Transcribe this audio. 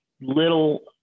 little